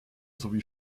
sowie